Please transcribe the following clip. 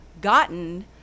gotten